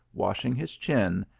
washing his chin,